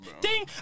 ding